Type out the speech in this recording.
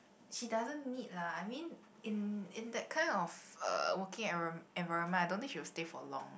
she doesn't need lah I mean in in that kind of uh working environ~ environment I don't think she will stay for long